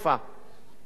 והיו בנצרת